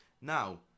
Now